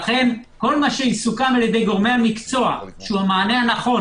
לכן כל מה שיסוכם על-די גורמי המקצוע שהוא המענה הנכון